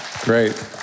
Great